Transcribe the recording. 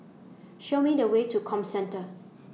Show Me The Way to Comcentre